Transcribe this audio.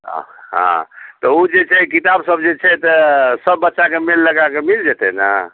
हँ हँ तऽ ओ जे छै किताब सब जे छै तऽ सब बच्चाके मेल लगा कऽ मिल जेतै ने